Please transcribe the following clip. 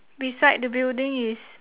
beside the building is